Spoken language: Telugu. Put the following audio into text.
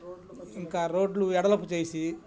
ఇంకా రోడ్లు ఎడలపు చేసి